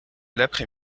l’après